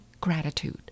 gratitude